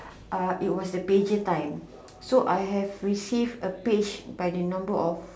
uh it was the pager time so I have received a page by the number of